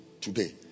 Today